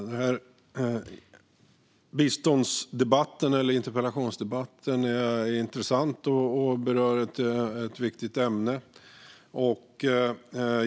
Fru talman! Biståndsdebatten eller interpellationsdebatten är intressant och berör ett viktigt ämne.